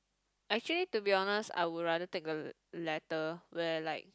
actually to be honest I would rather take the latter where like